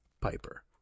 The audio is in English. Piper